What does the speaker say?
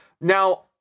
Now